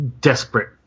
desperate